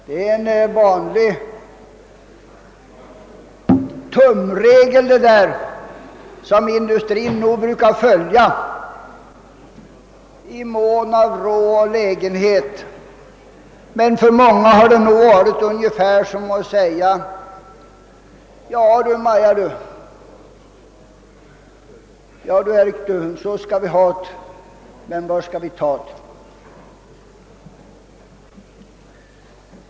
Det är en vanlig tumregel, som industrin brukar följa i mån av råd och lägenhet, men för många har det nog varit ungefär som att säga: Erk du, Maja du, så ska vi ha't, men var ska vi ta't?